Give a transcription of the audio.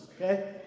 okay